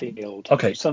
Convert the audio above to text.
Okay